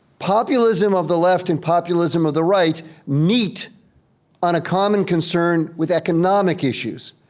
populism of the left and populism of the right meet on a common concern with economic issues.